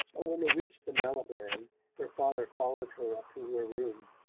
but when they reached the malibran her father followed her up to her room.